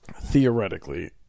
theoretically